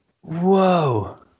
Whoa